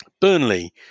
Burnley